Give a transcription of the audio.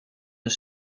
een